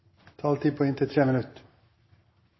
taletid på inntil 3 minutter.